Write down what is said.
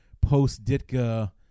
post-Ditka